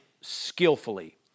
skillfully